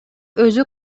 өзү